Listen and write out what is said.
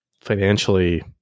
financially